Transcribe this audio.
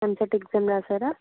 EAMCET exam రాసారా